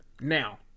Now